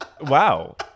Wow